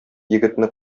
егетне